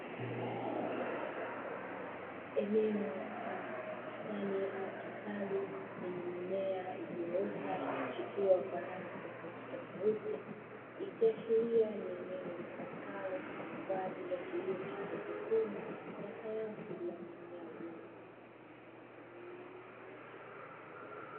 Eneo mfano wa bustani au kitalu lenye mimea iliyoota na kuchipua kwa rangi tofautitofauti, ikiashiria ni eneo linalotumika kwa ajili ya kilimo cha haidroponi cha sayansi ya bila kutumia udongo.